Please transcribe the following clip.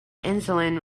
insulin